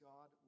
God